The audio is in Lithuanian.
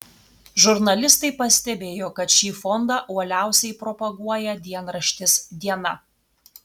žurnalistai pastebėjo kad šį fondą uoliausiai propaguoja dienraštis diena